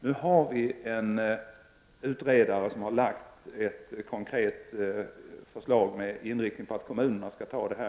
Nu finns det en utredare som har framlagt ett konkret förslag med inrikt ning på att kommunerna skall utgöra huvudmän.